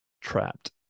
trapped